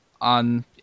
on